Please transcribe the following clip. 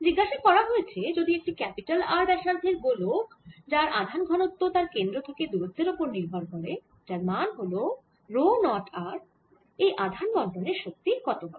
জিজ্ঞাসা করা হয়েছে যদি একটি ক্যাপিটাল R ব্যাসার্ধের গোলক যার আধান ঘনত্ব তার কেন্দ্র থেকে দুরত্বের ওপর নির্ভর করে যার মান হল রো 0 r এই আধান বণ্টনের শক্তি কত হবে